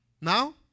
Now